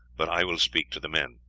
but i will speak to the men.